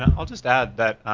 and i'll just add that,